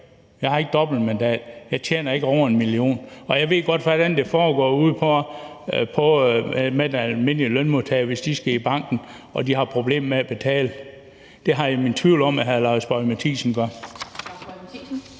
Jeg har ikke dobbeltmandat. Jeg tjener ikke over 1 mio. kr., og jeg ved godt, hvordan det foregår ude hos de almindelige lønmodtagere, hvis de skal i banken og de har problemer med at betale. Det har jeg mine tvivl om at hr. Lars Boje Mathiesen gør.